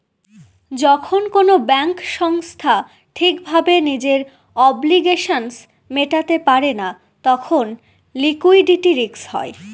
যখন কোনো ব্যাঙ্ক সংস্থা ঠিক ভাবে নিজের অব্লিগেশনস মেটাতে পারে না তখন লিকুইডিটি রিস্ক হয়